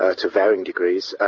ah to varying degrees.